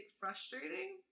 frustrating